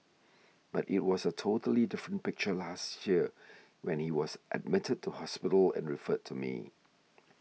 but it was a totally different picture last year when he was admitted to hospital and referred to me